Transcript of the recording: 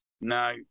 no